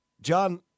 John